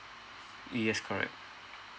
yes correct